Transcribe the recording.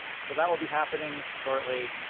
so that will be happening shortly,